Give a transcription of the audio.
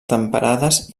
temperades